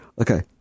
Okay